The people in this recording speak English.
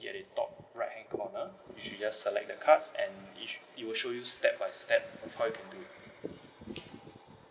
at the top right hand corner you should just select the cards and each it will show you step by step how you can do it